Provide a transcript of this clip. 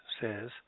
says